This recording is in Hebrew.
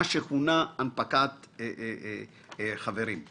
מה שכונה הנפקת חברים.